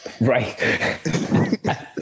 right